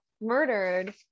murdered